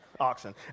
Oxen